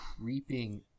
creeping